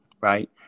Right